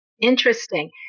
Interesting